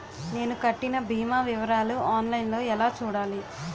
నేను కట్టిన భీమా వివరాలు ఆన్ లైన్ లో ఎలా చూడాలి?